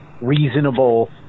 reasonable